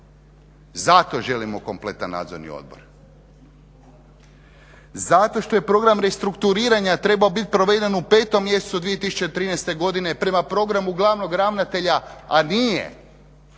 Zato želimo kompletan Nadzorni odbor. Zato što je program restrukturiranja trebao biti proveden u 5. mjesecu 2013. godine prema programu glavnog ravnatelja, a nije